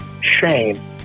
shame